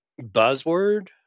buzzword